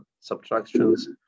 subtractions